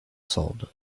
sold